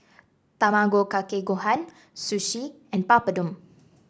Tamago Kake Gohan Sushi and Papadum